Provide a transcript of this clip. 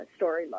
storyline